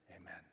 Amen